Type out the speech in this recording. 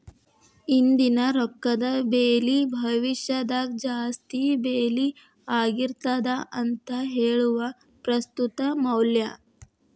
ಇಂದಿನ ರೊಕ್ಕದ ಬೆಲಿ ಭವಿಷ್ಯದಾಗ ಜಾಸ್ತಿ ಬೆಲಿ ಆಗಿರ್ತದ ಅಂತ ಹೇಳುದ ಪ್ರಸ್ತುತ ಮೌಲ್ಯ